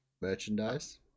Merchandise